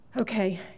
Okay